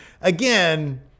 again